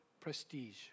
prestige